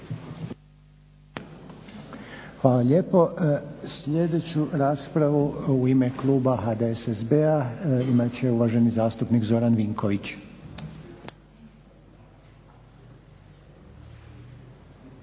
Hvala lijepo. Sljedeću raspravu u ime kluba HDSSB-a imat će uvaženi zastupnik Zoran Vinković.